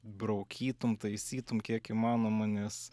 braukytume taisytume kiek įmanoma nes